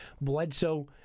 Bledsoe